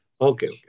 Okay